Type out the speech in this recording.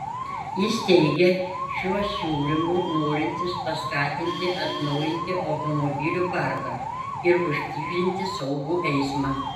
jis teigia šiuo siūlymu norintis paskatinti atnaujinti automobilių parką ir užtikrinti saugų eismą